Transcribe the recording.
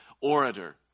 orator